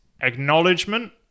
acknowledgement